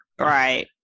Right